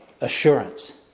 assurance